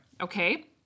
okay